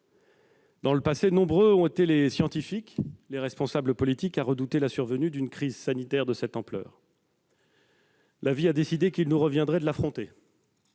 Dans le passé, nombreux ont été les scientifiques, les responsables politiques à redouter la survenue d'une crise sanitaire de cette ampleur. La vie a décidé qu'il reviendrait à ce